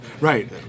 Right